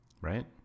Right